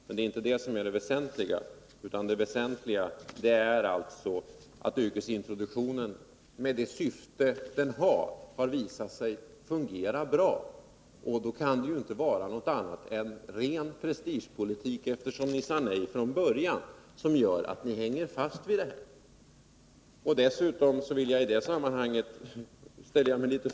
Men det är inte det som är det väsentliga, utan det väsentliga är att yrkesintroduktionen, med det syfte den har, har visat sig fungera bra. Då kan det ju inte vara något annat än ren prestige att ni, eftersom ni sade nej från början, hänger fast vid ert krav. Dessutom ställer jag mig i det sammanhanget litet frågande.